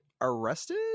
arrested